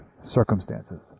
circumstances